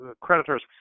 creditors